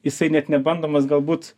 jisai net nebandomas galbūt